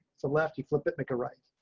the lefty flip it maker. right.